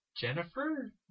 Jennifer